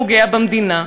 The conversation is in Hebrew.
פוגע במדינה,